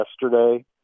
yesterday